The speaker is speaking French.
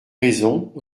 raisons